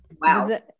Wow